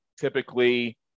typically